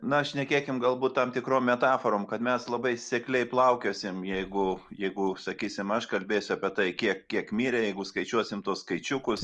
na šnekėkim galbūt tam tikrom metaforom kad mes labai sekliai plaukiosim jeigu jeigu sakysim aš kalbėsiu apie tai kiek kiek mirė jeigu skaičiuosim tuos skaičiukus